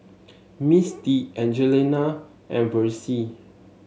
Misty Angelina and Versie